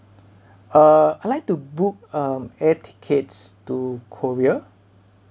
uh I like to book um air tickets to korea